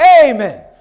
Amen